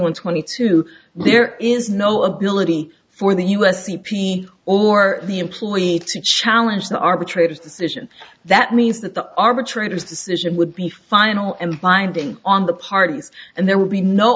one twenty two there is no ability for the us c p or the employee to challenge the arbitrator's decision that means that the arbitrator's decision would be final and binding on the parties and there would be no